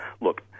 Look